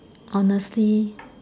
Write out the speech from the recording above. honestly